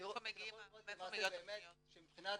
שמבחינת הפניות,